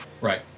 Right